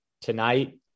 tonight